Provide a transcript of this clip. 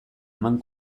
eman